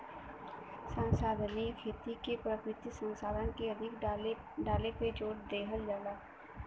संसाधनीय खेती में प्राकृतिक संसाधन के अधिक डाले पे जोर देहल जाला